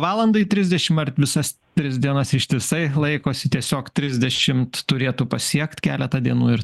valandai trisdešim ar visas tris dienas ištisai laikosi tiesiog trisdešimt turėtų pasiekt keletą dienų ir